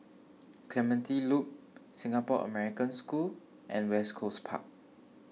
Clementi Loop Singapore American School and West Coast Park